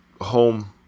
home